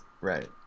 right